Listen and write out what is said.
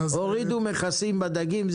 הורידו מכסים בדגים,